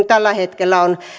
tällä hetkellä on että